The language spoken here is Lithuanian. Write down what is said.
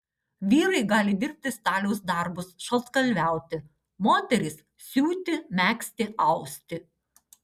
vyrai gali dirbti staliaus darbus šaltkalviauti moterys siūti megzti austi